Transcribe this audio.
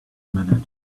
minute